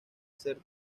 ser